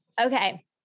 okay